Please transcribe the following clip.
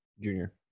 Junior